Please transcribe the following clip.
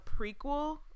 prequel